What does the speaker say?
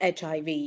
HIV